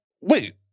Wait